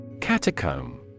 Catacomb